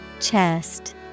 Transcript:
Chest